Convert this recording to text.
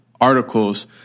articles